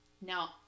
Now